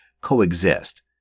coexist